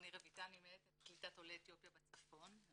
מנהלת קליטת עולי אתיופיה בצפון.